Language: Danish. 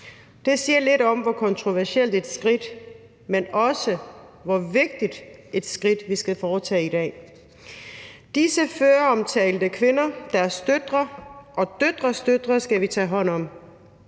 Det siger lidt om, hvor kontroversielt et skridt, men også hvor vigtigt et skridt vi skal tage i dag. De føromtalte kvinder, deres døtre og døtrenes døtre skal vi tage hånd om.